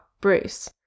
Bruce